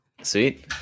Sweet